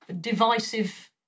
divisive